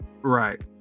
Right